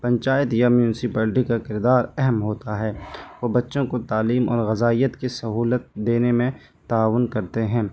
پنچایت یا میونسپلٹی کا کردار اہم ہوتا ہے وہ بچوں کو تعلیم اور غذائیت کی سہولت دینے میں تعاون کرتے ہیں